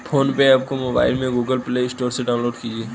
phone पे app को mobile में गूगल प्ले स्टोर से डाउनलोड कीजिए